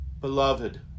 beloved